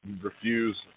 refuse